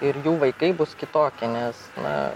ir jų vaikai bus kitokie nes na